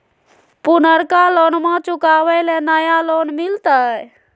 पुर्नका लोनमा चुकाबे ले नया लोन मिलते?